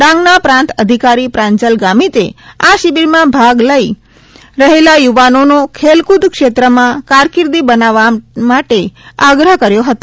ડાંગના પ્રાંત અધિકારી પ્રાંજલ ગામીને આ શિબિરમાં ભાગ લઇ રહેલા યુવાનોનો ખેલકૃદક્ષેત્રમાં કારકિર્દી બનાવવા માટે આગ્રહ કરાયો હતો